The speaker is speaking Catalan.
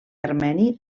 armeni